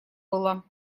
было